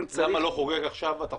הוא לא חוגג עכשיו אתה חושב?